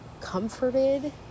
comforted